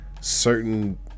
certain